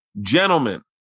gentlemen